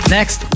Next